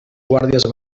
guàrdies